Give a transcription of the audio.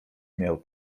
miał